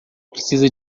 precisa